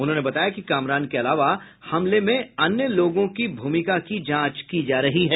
उन्होंने बताया कि कामरान के अलावा हमले में अन्य लोगों की भूमिका की जांच की जा रही है